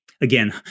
again